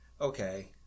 Okay